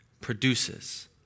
produces